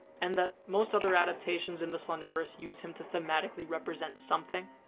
and that most other adaptions in the slenderverse use him to thematically represent something?